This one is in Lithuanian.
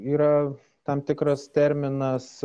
yra tam tikras terminas